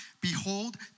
Behold